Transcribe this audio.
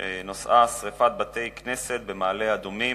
ונושאה: שרפת בתי-כנסת במעלה-אדומים.